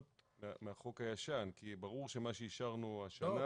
מהחוק הישן כי ברור שמה שאישרנו השנה